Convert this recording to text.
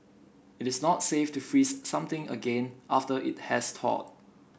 it is not safe to freeze something again after it has thawed